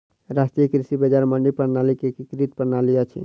राष्ट्रीय कृषि बजार मंडी प्रणालीक एकीकृत प्रणाली अछि